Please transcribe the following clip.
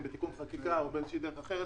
אם בתיקון חקיקה או בשיטה אחרת,